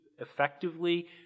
effectively